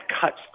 cuts